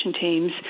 teams